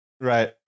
Right